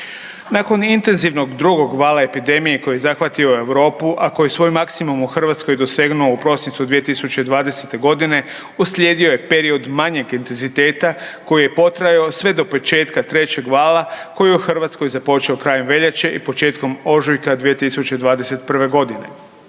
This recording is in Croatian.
Nakon intenzivnog drugog vala epidemije koji je zahvatio Europu, a koji je svoj maksimum u Hrvatskoj dosegnuo u prosincu 2020.g. uslijedio je period manjeg intenziteta koji je potrajao sve do početka trećeg vala koji je u Hrvatskoj započeo krajem veljače i početkom ožujka 2021..